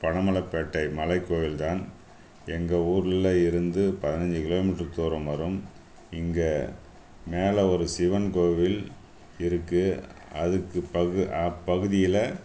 பண மழை பேட்டை மலை கோவில் தான் எங்கள் ஊரில் இருந்து பதினைஞ்சு கிலோமீட்டர் தூரம் வரும் இங்கே மேலே ஒரு சிவன் கோவில் இருக்குது அதுக்கு பகு அப்பகுதியில்